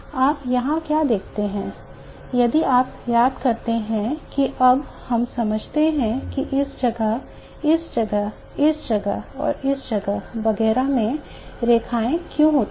आप यहाँ क्या देखते हैं यदि आप याद करते हैं कि अब हम समझते हैं कि इस जगह इस जगह इस जगह और इस जगह वगैरह में रेखाएं क्यों होती हैं